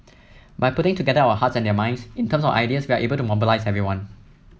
by putting together our hearts and their minds in terms of ideas we are able to mobilise everyone